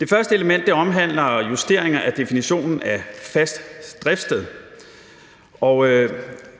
Det første element omhandler justeringer af definitionen af fast driftssted.